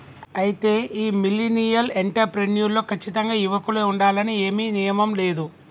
అయితే ఈ millennial entrepreneur లో కచ్చితంగా యువకులే ఉండాలని ఏమీ నియమం లేదు